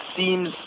seems